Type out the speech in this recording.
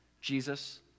Jesus